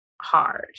hard